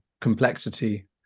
complexity